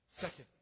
Second